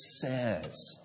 says